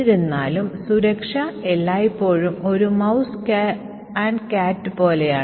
എന്നിരുന്നാലും സുരക്ഷ എല്ലായ്പ്പോഴും ഒരു പൂച്ചയും എലിയുമാണ്